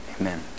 amen